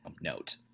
note